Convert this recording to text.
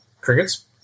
crickets